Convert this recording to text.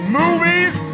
movies